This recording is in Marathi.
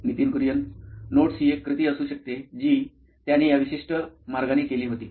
Nitin Kurian COO nine electronics notes ही एक कृती असू शकते जी त्याने या विशिष्ट मार्गाने केली होती